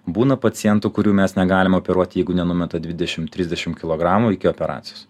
būna pacientų kurių mes negalim operuoti jeigu nenumeta dvidešim trisdešim kilogramų iki operacijos